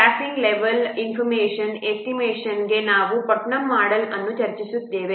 staffing level information ಎಸ್ಟಿಮೇಶನ್ಗೆ ನಾವು Putnam model ಅನ್ನು ಚರ್ಚಿಸಿದ್ದೇವೆ